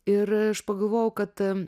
ir aš pagalvojau kad